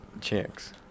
chicks